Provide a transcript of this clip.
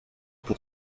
pour